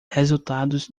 resultados